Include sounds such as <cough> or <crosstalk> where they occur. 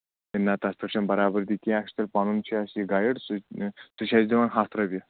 ہے نہ تَتھ پٮ۪ٹھ چھَنہٕ برابٔدی کیٚنہہ اَسہِ تہٕ پَنُن چھِ اَسہِ یہ گایِڈ سُہ <unintelligible> تہِ چھِ اَسہِ دِوان ہَتھ رۄپیہِ